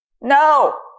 no